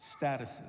statuses